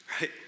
right